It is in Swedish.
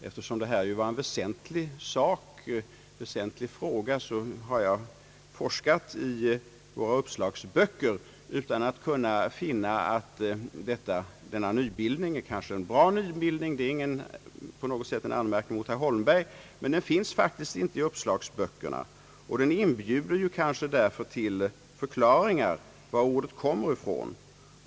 Eftersom det var en väsentlig fråga, har jag forskat i våra uppslagsböcker utan att kunna finna detta ord. Denna nybildning är kanske en bra nybildning — det är ingen anmärkning mot herr Holmberg — men ordet finns faktiskt inte i uppslagsböckerna. Nybildningen inbjuder ju kanske därför till förklaringar varifrån ordet kommer.